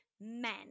Men